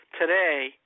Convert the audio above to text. today